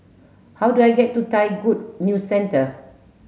how do I get to Thai Good News Centre